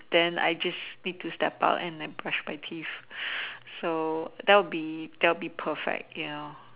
then I just need to step up and like brush my teeth so that would be that would be perfect ya